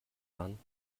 waren